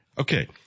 Okay